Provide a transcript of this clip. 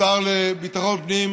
השר לביטחון הפנים,